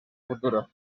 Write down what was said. futuro